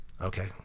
Okay